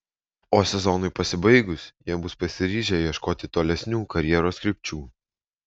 o sezonui pasibaigus jie bus pasiryžę ieškoti tolesnių karjeros krypčių